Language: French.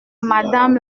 madame